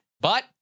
but-